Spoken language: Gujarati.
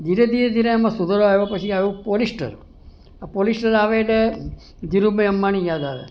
ધીરે ધીરે ધીરે આમાં સુધારો આવ્યા પછી આવ્યું પોલિસ્ટર આ પોલિસ્ટર આવે એટલે ધીરુભાઈ અંબાણી યાદ આવે